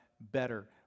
better